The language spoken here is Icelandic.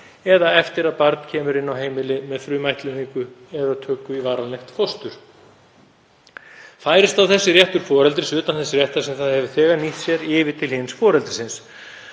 eða eftir að barn kemur inn á heimili við frumættleiðingu eða töku í varanlegt fóstur. Færist þá réttur þess foreldris utan þess réttar sem það hefur þegar nýtt sér yfir til hins foreldrisins.